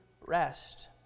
rest